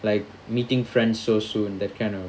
like meeting friends so soon that kind of